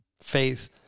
faith